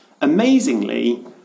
Amazingly